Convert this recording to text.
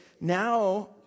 now